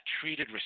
treated